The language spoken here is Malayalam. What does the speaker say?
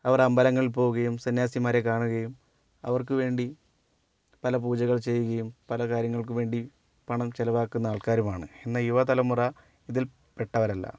അവർ അമ്പലങ്ങളിൽ പോവുകയും സന്യാസിമാരെ കാണുകയും അവർക്ക് വേണ്ടി പല പൂജകൾ ചെയ്യുകയും പല കാര്യങ്ങൾക്ക് വേണ്ടി പണം ചിലവാക്കുന്ന ആൾക്കാരുമാണ് എന്നാൽ യുവ തലമുറ ഇതിൽപ്പെട്ടവരല്ല